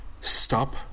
Stop